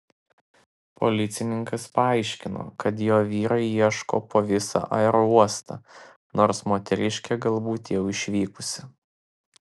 policininkas paaiškino kad jo vyrai ieško po visą aerouostą nors moteriškė galbūt jau išvykusi